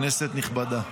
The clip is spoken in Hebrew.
כנסת נכבדה,